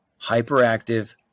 hyperactive